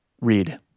Read